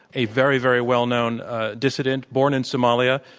a very, very well-known dissident, born in somalia,